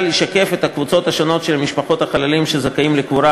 ישקף את הקבוצות השונות של משפחות החללים שזכאים לקבורה